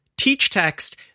TeachText